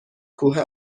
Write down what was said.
کوه